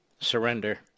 surrender